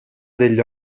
degli